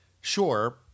sure